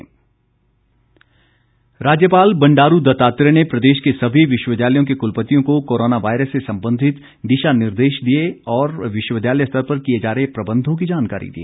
राज्यपाल राज्यपाल बंडारू दत्तात्रेय ने प्रदेश के सभी विश्वविद्यालयों के कुलपतियों को कोरोना वायरस से संबंधित दिशा निर्देश दिए और विश्वविद्यालय स्तर पर किए जा रहे प्रबंधों की जानकारी दी